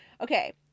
Okay